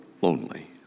lonely